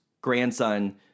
grandson